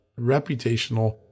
reputational